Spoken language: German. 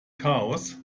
chaos